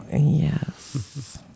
Yes